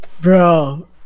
Bro